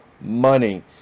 money